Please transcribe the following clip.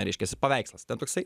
reiškiasi paveikslas ten toksai